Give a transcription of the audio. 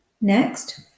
Next